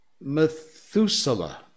Methuselah